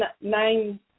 nine